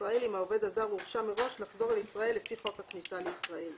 לישראל אם העובד הזר הורשה מראש לחזור אל ישראל לפי חוק הכניסה לישראל.